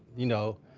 you know.